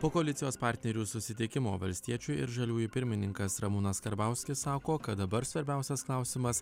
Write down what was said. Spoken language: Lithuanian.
po koalicijos partnerių susitikimo valstiečių ir žaliųjų pirmininkas ramūnas karbauskis sako kad dabar svarbiausias klausimas